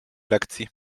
lekcji